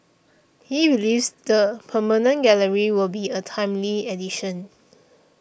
he believes the permanent gallery will be a timely addition